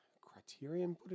Criterion